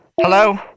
Hello